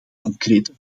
concrete